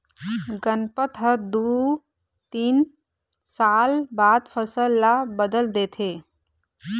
गनपत ह दू तीन साल बाद फसल ल बदल देथे